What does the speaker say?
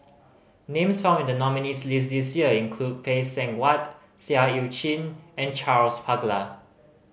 names found in the nominees' list this year include Phay Seng Whatt Seah Eu Chin and Charles Paglar